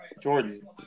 Jordan